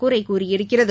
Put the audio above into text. குறை கூறியிருக்கிறது